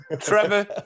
Trevor